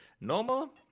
normal